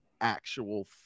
actual